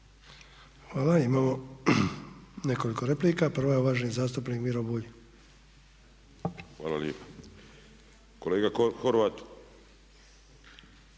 Hvala. Imamo nekoliko replika. Prva je uvaženi zastupnik Miro Bulj. **Bulj, Miro (MOST)** Hvala lijepo. Kolega Horvat,